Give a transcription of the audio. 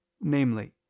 namely